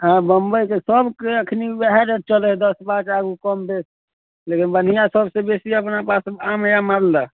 हँ बम्बइके सबके एखन वएह रेट चलै हइ दस पाँच आओर ओ कम बेस लेकिन बढ़िआँ सबसँ बेसी अपना पासमे आम हइ मालदह